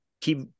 keep